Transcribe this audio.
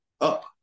up